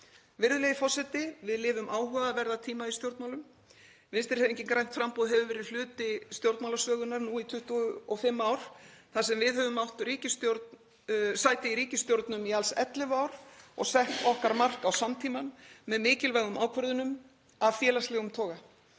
Virðulegi forseti. Við lifum áhugaverða tíma í stjórnmálum. Vinstrihreyfingin – grænt framboð hefur verið hluti stjórnmálasögunnar nú í 25 ár þar sem við höfum átt sæti í ríkisstjórnum í alls 11 ár og sett okkar mark á samtímann með mikilvægum ákvörðunum af félagslegum toga.